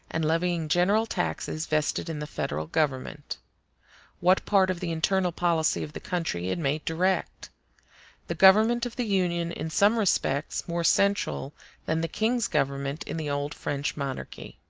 and levying general taxes vested in the federal government what part of the internal policy of the country it may direct the government of the union in some respects more central than the king's government in the old french monarchy.